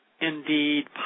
indeed